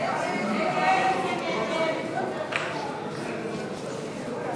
ההסתייגויות לסעיף 04, משרד